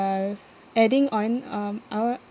uh adding on um